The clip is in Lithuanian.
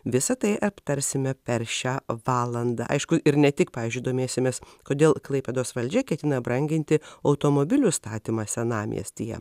visa tai aptarsime per šią valandą aišku ir ne tik pavyzdžiui domėsimės kodėl klaipėdos valdžia ketina branginti automobilių statymą senamiestyje